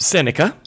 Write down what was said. Seneca